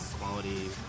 quality